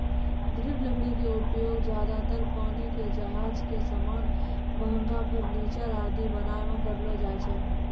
दृढ़ लकड़ी के उपयोग ज्यादातर पानी के जहाज के सामान, महंगा फर्नीचर आदि बनाय मॅ करलो जाय छै